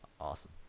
Awesome